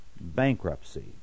bankruptcy